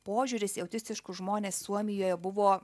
požiūris į autistiškus žmones suomijoje buvo